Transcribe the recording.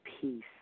peace